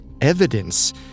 evidence